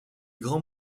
grands